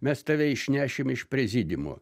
mes tave išnešim iš prezidiumo